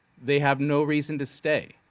they have no reason to stay.